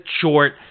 short